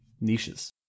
niches